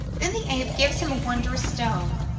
then the ape gives him a wondrous stone,